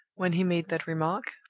when he made that remark